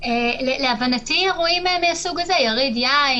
להבנתי אירועים מהסוג הזה: יריד יין,